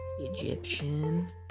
Egyptian